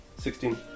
Sixteen